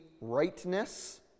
rightness